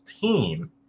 team